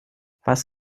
was